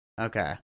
Okay